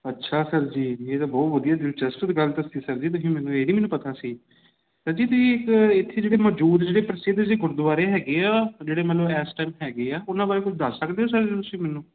ਅੱਛਾ ਸਰ ਜੀ ਇਹ ਤਾਂ ਬਹੁਤ ਵਧੀਆ ਦਿਲਚਸਪ ਤੁਸੀਂ ਗੱਲ ਦੱਸੀ ਸਰ ਜੀ ਤੁਸੀਂ ਮੈਨੂੰ ਇਹ ਨਹੀਂ ਪਤਾ ਸੀ ਸਰ ਜੀ ਤੁਸੀਂ ਇੱਕ ਇੱਥੇ ਜਿਹੜੇ ਮੌਜੂਦ ਜਿਹੜੇ ਪ੍ਰਸਿੱਧ ਸੀ ਗੁਰਦੁਆਰੇ ਹੈਗੇ ਆ ਜਿਹੜੇ ਮਤਲਬ ਇਸ ਟੈਮ ਹੈਗੇ ਆ ਉਹਨਾਂ ਬਾਰੇ ਕੋਈ ਦੱਸ ਸਕਦੇ ਹੋ ਸਰ ਤੁਸੀਂ ਮੈਨੂੰ